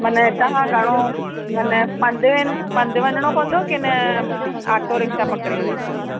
मना हितां खां घणो मना पंधु पंधु वञणो पवंदो की न ऑटो रिक्शा पकिड़े वञणो पवंदो